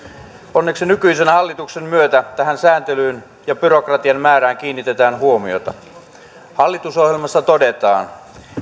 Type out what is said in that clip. onneksi nykyisen hallituksen myötä tähän sääntelyyn ja byrokratian määrään kiinnitetään huomiota hallitusohjelmassa todetaan